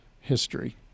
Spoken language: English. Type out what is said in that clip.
history